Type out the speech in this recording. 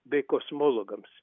bei kosmologams